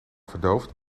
verdoofd